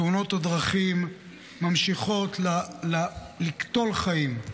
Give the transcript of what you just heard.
תאונות הדרכים ממשיכות לקטול חיים,